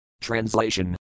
Translation